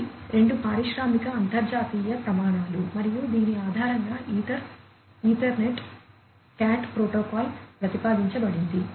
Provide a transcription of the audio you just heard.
ఇవి రెండు పారిశ్రామిక అంతర్జాతీయ ప్రమాణాలు మరియు దీని ఆధారంగా ఈథర్ ఈథర్నెట్ క్యాట్ ప్రోటోకాల్ ప్రతిపాదించబడింది